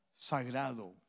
sagrado